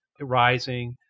rising